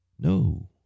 No